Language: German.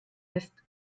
ist